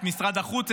את משרד החוץ,